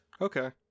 Okay